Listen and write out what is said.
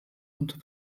und